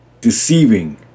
deceiving